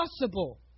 possible